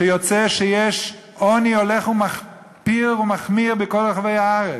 שיש עוני מחפיר ההולך ומחמיר בכל רחבי הארץ.